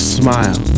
smile